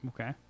Okay